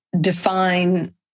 define